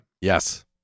yes